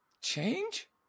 change